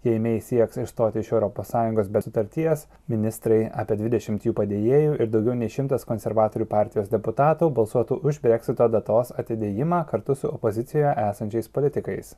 jei mei sieks išstoti iš europos sąjungos be sutarties ministrai apie dvidešimt jų padėjėjų ir daugiau nei šimtas konservatorių partijos deputatų balsuotų už breksito datos atidėjimą kartu su opozicijoje esančiais politikais